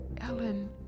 Ellen